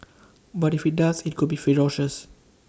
but if IT does IT could be ferocious